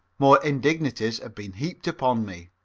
more indignities have been heaped upon me.